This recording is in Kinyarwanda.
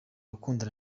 gukundana